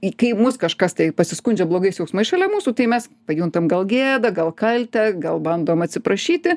į kai mus kažkas tai pasiskundžia blogais jausmais šalia mūsų tai mes pajuntam gal gėdą gal kaltę gal bandom atsiprašyti